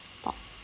stop